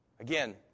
Again